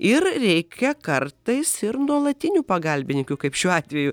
ir reikia kartais ir nuolatinių pagalbininkių kaip šiuo atveju